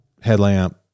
headlamp